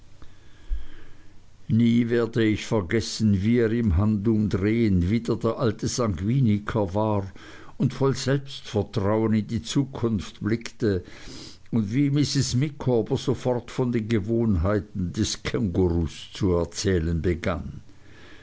nie werde ich vergessen wie er im handumdrehen wieder der alte sanguiniker war und voll selbstvertrauen in die zukunft blickte und wie mrs micawber sofort von den gewohnheiten des kängurus zu erzählen begann